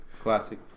Classic